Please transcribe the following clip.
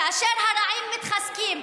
כאשר הרעים מתחזקים,